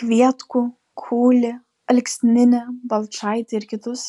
kvietkų kulį alksninį balčaitį ir kitus